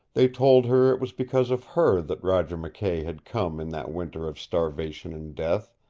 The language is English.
they told her it was because of her that roger mckay had come in that winter of starvation and death,